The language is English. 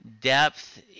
depth